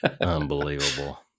Unbelievable